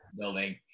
building